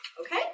Okay